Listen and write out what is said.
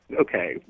Okay